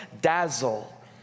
dazzle